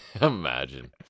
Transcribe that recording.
Imagine